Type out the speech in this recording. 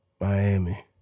Miami